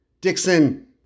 Dixon